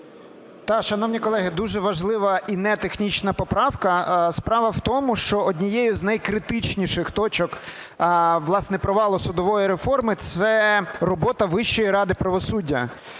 Я.Р. Шановні колеги, дуже важлива і нетехнічна поправка. Справа в тому, що однією з найкритичніших точок, власне, провалу судової реформи – це робота Вищої ради правосуддя.